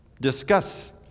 Discuss